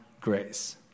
grace